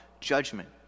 judgment